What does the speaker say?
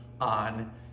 on